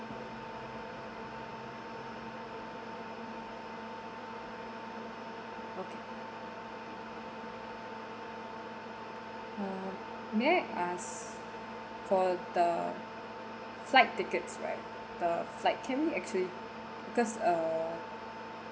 okay uh may I ask for the flight tickets right the flight can we actually because uh